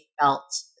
felt